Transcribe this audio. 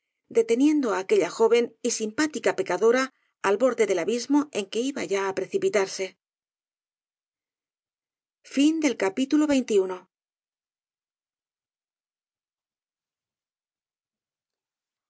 deteniendo á aquella joven y simpática pecadora al borde del abismo en que iba ya á precipitarse